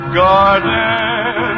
garden